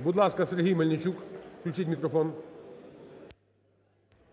Веде засідання Голова Верховної